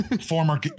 Former